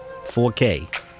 4K